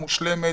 מושלמת,